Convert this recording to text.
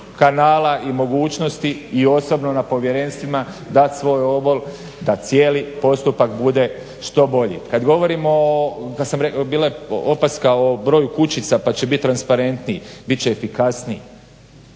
kanala i mogućnosti i osobno na povjerenstvima dat svoj obol da cijeli postupak bude što bolji. Kad govorimo o, bila je opaska o broju kućica pa će bit transparentniji, bit će efikasniji,